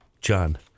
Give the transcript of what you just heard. John